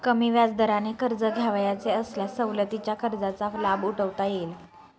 कमी व्याजदराने कर्ज घ्यावयाचे असल्यास सवलतीच्या कर्जाचा लाभ उठवता येईल